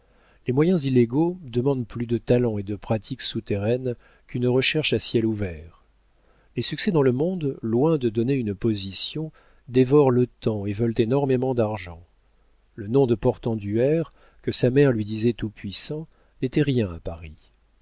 les moyens illégaux demandent plus de talent et de pratiques souterraines qu'une recherche à ciel ouvert les succès dans le monde loin de donner une position dévorent le temps et veulent énormément d'argent le nom de portenduère que sa mère lui disait tout-puissant n'était rien à paris